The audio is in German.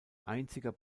einziger